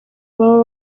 baba